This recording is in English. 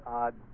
odd